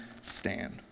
stand